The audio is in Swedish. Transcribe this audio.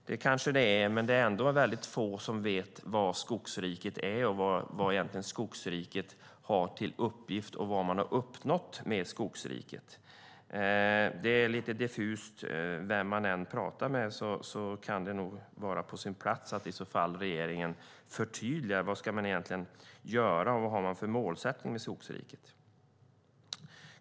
Det kanske det är, men det är ändå väldigt få som vet vad Skogsriket är, vad Skogsriket egentligen har till uppgift och vad man har uppnått med Skogsriket. Det är lite diffust vem man än pratar med. Det kan vara på sin plats att regeringen förtydligar vad man egentligen ska göra och vad man har för målsättning med Skogsriket.